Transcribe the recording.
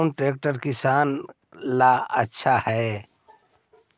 कौन ट्रैक्टर किसान ला आछा है?